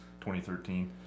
2013